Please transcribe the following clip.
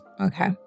Okay